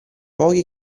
pochi